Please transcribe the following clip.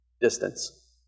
distance